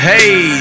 Hey